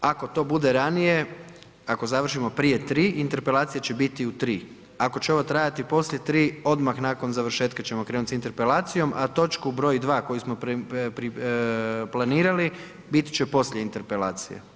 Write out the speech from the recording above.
Ako to bude ranije, ako završimo prije 3, Interpelacija će biti u 3. ako će ovo trajati poslije 3, odmah nakon završetka ćemo krenuti sa Interpelacijom, a točku br. 2 koju smo planirali, bit će poslije Interpelacije.